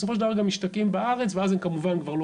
בסופו של דבר גם משתקעים בארץ ואז הם כמובן כבר לא